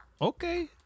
okay